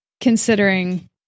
considering